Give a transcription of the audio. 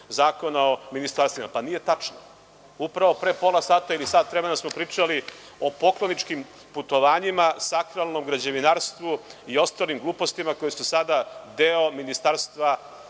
zakona o ministarstvima. Nije tačno. Upravo pre pola sata ili sat vremena smo pričali o pokloničkim putovanjima, sakralnom građevinarstvu i ostalim glupostima koje su sada deo Ministarstva